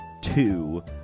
two